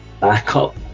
backup